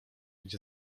gdzie